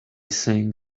saying